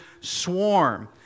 swarm